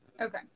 Okay